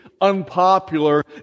unpopular